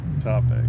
Topic